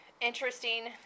interesting